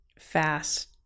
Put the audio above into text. fast